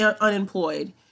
unemployed